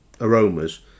aromas